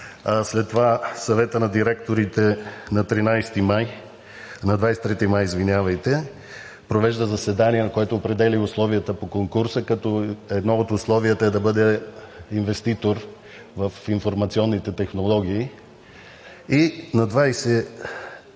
след това Съветът на директорите на 23 май провежда заседание, на което определя и условията по конкурса, като едно от условията е да бъде инвеститор в информационните технологии. На 23-ти